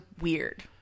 weird